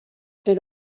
elle